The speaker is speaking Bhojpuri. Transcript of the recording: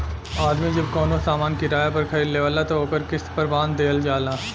आदमी जब कवनो सामान किराया पर खरीद लेवेला त ओकर किस्त पर बांध दिहल जाला